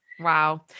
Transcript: Wow